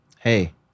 Hey